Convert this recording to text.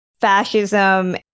fascism